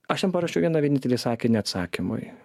aš jam parašiau vieną vienintelį sakinį atsakymui